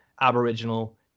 aboriginal